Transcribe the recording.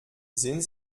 sind